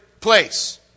place